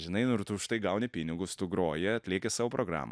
žinai nu ir tu už tai gauni pinigus tu groji atlieki savo programą